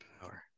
power